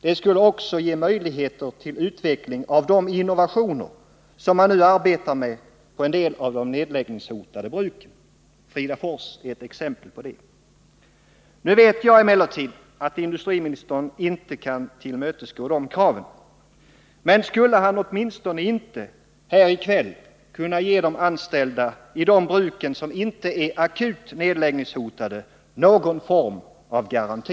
Det skulle också ge möjligheter till utveckling av de innovationer som man nu arbetar med på en del av de nedläggningshotade bruken. Fridafors är ett exempel på det. Nu vet jag emellertid att industriministern inte kan tillmötesgå de kraven. Men skulle han inte här i kväll åtminstone kunna ge de anställda vid de bruk som inte är akut nedläggningshotade någon form av garanti?